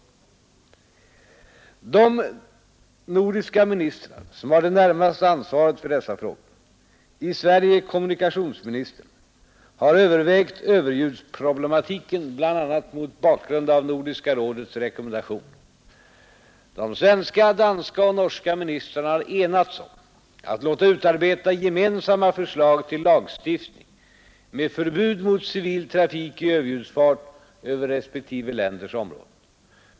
De nordiska ministrar som har det närmaste ansvaret för dessa frågor — i Sverige kommunikationsministern — har övervägt överljudsproblematiken bl.a. mot bakgrund av Nordiska rådets rekommendation. De svenska, danska och norska ministrarna har enats om att låta utarbeta gemensamma förslag till lagstiftning med förbud mot civil trafik i överljudsfart över resp. länders områden.